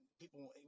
people